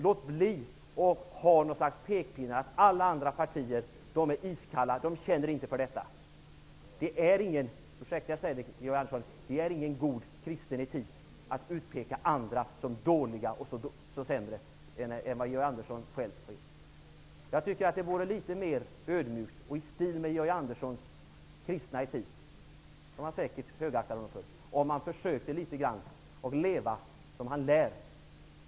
Låt bli att komma med pekpinnar i stil med att alla andra partier är iskalla och inte känner för det här. Ursäkta att jag säger det, Georg Andersson, men det är ingen god kristen etik att utpeka andra som dåliga och sämre än vad man själv är. Det skulle vara litet mera ödmjukt och i stil med Georg Anderssons kristna etik -- som man säkert högaktar honom för -- om han litet grand försökte leva som han lär.